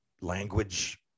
language